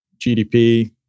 GDP